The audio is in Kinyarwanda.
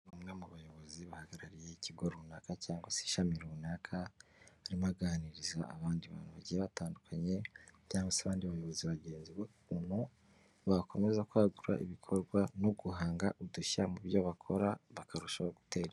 Umwe mu bayobozi bahagarariye ikigo runaka cyangwa se ishami runaka arimo aganiriza abandi bantu bagiye batandukanye cyangwa se abandi abayobozi bagenzi be ukuntu, bakomeza kwagura ibikorwa no guhanga udushya mu byo bakora bakarushaho guterimbere.